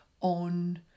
on